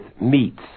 meats